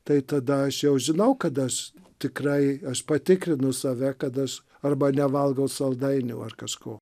tai tada aš jau žinau kad aš tikrai aš patikrinu save kad aš arba nevalgau saldainių ar kažko